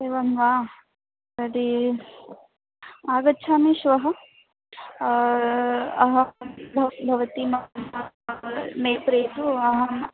एवं वा यदि आगच्छामि श्वः अहं भवति मम नेत्रे तु अहम्